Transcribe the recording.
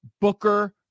Booker